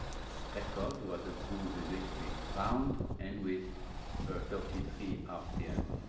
record where the groove is a little bit round and with thirty three rpm